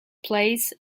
plays